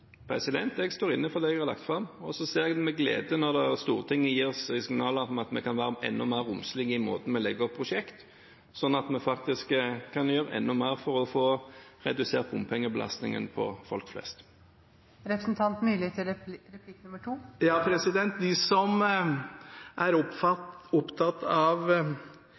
der? Jeg står inne for det jeg har lagt fram. Og så ser jeg med glede at Stortinget gir oss signaler om at vi kan være enda mer romslige i måten vi legger opp prosjekt på, slik at vi faktisk kan gjøre enda mer for å få redusert bompengebelastningen på folk flest. De som er opptatt av